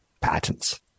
patents